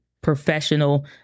professional